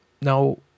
Now